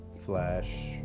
Flash